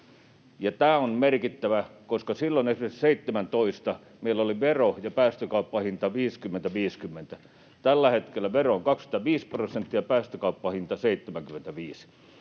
tämä on merkittävää, koska esimerkiksi silloin 2017 meillä olivat vero ja päästökauppahinta 50 ja 50. Tällä hetkellä vero on 25 prosenttia, päästökauppahinta 75.